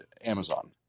Amazon